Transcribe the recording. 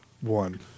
one